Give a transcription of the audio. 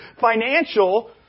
financial